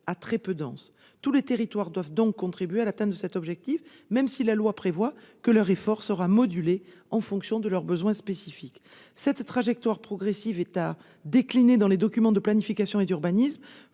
à très peu dense. Tous les territoires doivent donc contribuer à l'atteinte de cet objectif, même si la loi prévoit que leur effort sera modulé en fonction de leurs besoins spécifiques. Cette trajectoire progressive est à décliner dans les documents de planification et d'urbanisme